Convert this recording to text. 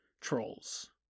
trolls